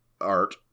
art